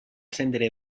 centre